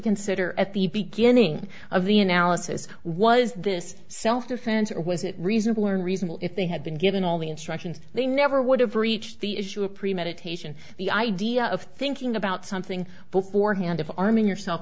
consider at the beginning of the analysis was this self defense or was it reasonable or unreasonable if they had been given all the instructions they never would have reached the issue of premeditation the idea of thinking about something beforehand if arming yourself